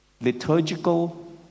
Liturgical